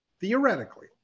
Theoretically